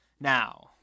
Now